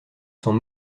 sont